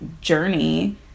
journey